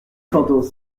chandos